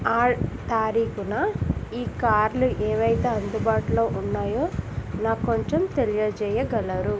ఆ తారీఖున ఈ కార్లు ఏవైతే అందుబాటులో ఉన్నాయో నాకు కొంచెం తెలియచేయగలరు